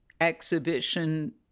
exhibition